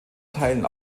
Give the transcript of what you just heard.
teilen